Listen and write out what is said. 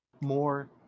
more